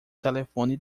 telefone